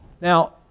now